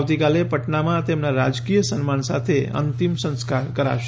આવતીકાલે પટનામાં તેમનાં રાજકીય સન્માન સાથે અંતિમ સંસ્કાર કરાશે